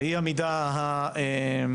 והיא המידה הנכונה.